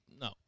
No